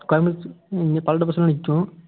கோயம்புத்தூர் ம் இங்கே பல்லடம் பஸ்ஸெல்லாம் நிற்கும்